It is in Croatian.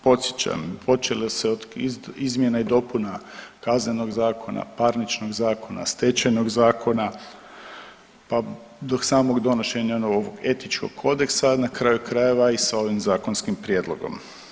Podsjećam počelo se od izmjena i dopuna Kaznenog zakona, parničnog zakona, stečajnog zakona, pa do samog donošenja novog Etičkog kodeksa na kraju krajeva i sa ovim zakonskim prijedlogom.